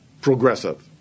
Progressive